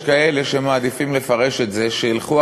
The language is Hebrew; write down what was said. יש כאלה שמעדיפים לפרש את זה: שילכו